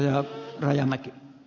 herra puhemies